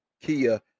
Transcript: Kia